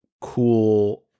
cool